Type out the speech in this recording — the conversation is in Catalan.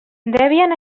debian